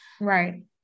Right